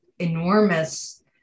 Enormous